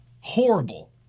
Horrible